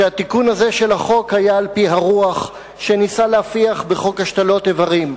שהתיקון של החוק היה על-פי הרוח שניסה להפיח בחוק השתלת איברים.